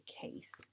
case